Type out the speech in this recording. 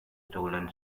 stolen